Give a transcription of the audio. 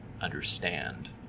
understand